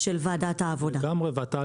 -- -של ועדת העבודה.